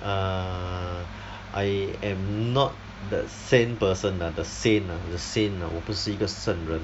err I am not that saint person ah the saint ah the saint ah 我不是一个圣人